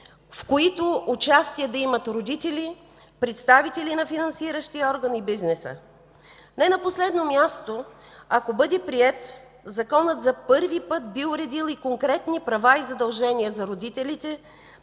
в които участие да имат родителите, представителите на финансиращия орган и бизнеса. Не на последно място, ако бъде приет, Законът за първи път би уредил и конкретни права и задължения за родителите,